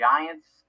Giants